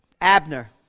Abner